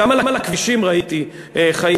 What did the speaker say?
גם על הכבישים ראיתי חיים,